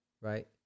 Right